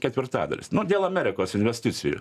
ketvirtadalis nu dėl amerikos investicijų